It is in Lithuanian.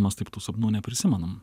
mes taip tų sapnų neprisimenam